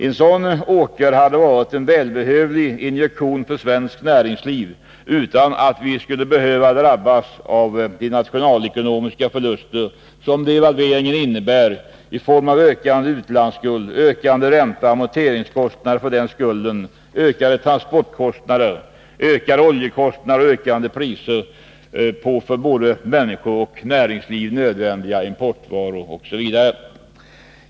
En sådan åtgärd hade varit en välbehövlig injektion för svenskt näringsliv utan att vi skulle behöva drabbas av de nationalekonomiska förluster som devalveringen innebär i form av ökande utlandsskuld, ökande ränteoch amorteringskostnader för denna skuld, ökande transportkostnader, ökande oljekostnader, ökande priser på för både människorna och näringslivet nödvändiga importvaror osv.